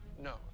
no